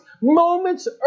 Moments